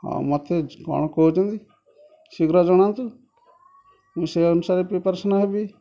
ଆଉ ମୋତେ କ'ଣ କହୁଛନ୍ତି ଶୀଘ୍ର ଜଣାନ୍ତୁ ମୁଁ ସେଇ ଅନୁସାରେ ପ୍ରିପ୍ୟାରେସନ ହେବି